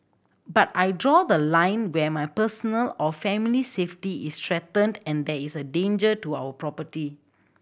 but I draw the line when my personal or family's safety is threatened and there is danger to our property